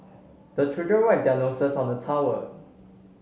the children wipe their noses on the towel